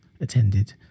attended